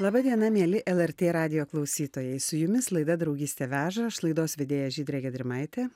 laba diena mieli lrt radijo klausytojai su jumis laida draugystė veža aš laidos vedėja žydrė gedrimaitė